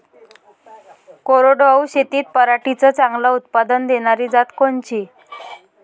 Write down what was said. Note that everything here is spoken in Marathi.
कोरडवाहू शेतीत पराटीचं चांगलं उत्पादन देनारी जात कोनची?